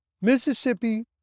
Mississippi